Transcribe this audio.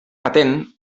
patent